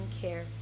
care